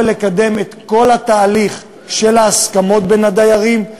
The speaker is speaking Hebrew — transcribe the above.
לקדם את כל התהליך של ההסכמות בין הדיירים,